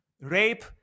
Rape